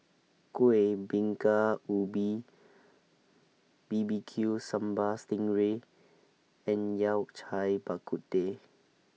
Kueh Bingka Ubi B B Q Sambal Sting Ray and Yao Cai Bak Kut Teh